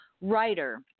writer